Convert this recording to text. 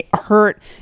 hurt